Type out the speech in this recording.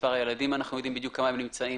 מספר הילדים אנחנו יודעים בדיוק כמה נמצאים.